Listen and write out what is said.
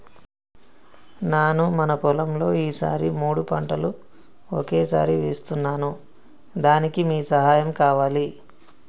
నాను మన పొలంలో ఈ సారి మూడు పంటలు ఒకేసారి వేస్తున్నాను దానికి మీ సహాయం కావాలి